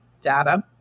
data